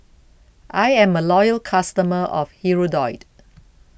I am a loyal customer of Hirudoid